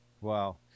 Wow